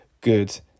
good